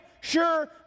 sure